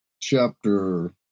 chapter